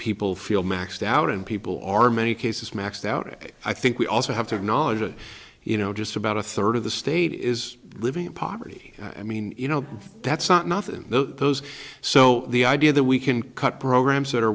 people feel maxed out and people are many cases maxed out and i think we also have to acknowledge that you know just about a third of the state is living in poverty i mean you know that's not nothing though those so the idea that we can cut programs that are